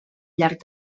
llarg